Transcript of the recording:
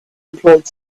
employed